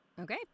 Okay